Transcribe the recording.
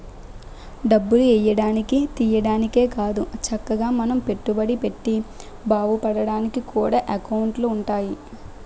డబ్బులు ఎయ్యడానికి, తియ్యడానికే కాదు చక్కగా మనం పెట్టుబడి పెట్టి బావుపడ్డానికి కూడా ఎకౌంటులు ఉంటాయి